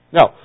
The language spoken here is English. Now